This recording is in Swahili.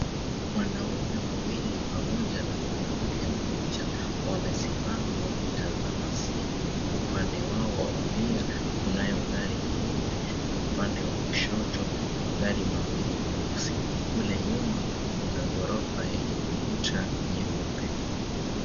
Wanaume wawili pamoja na mwanamke mmoja wamesimama wakitazama simu. Upande wao wa kulia kunayo gari nyeupe na upande wa kushoto magari mawili meusi. Kule nyuma kuna ghorofa yenye ukuta nyeupe.